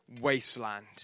wasteland